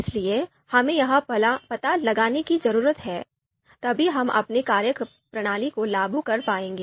इसलिए हमें यह पता लगाने की जरूरत है तभी हम अपनी कार्यप्रणाली को लागू कर पाएंगे